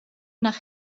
nach